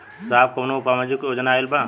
साहब का कौनो सामाजिक योजना आईल बा?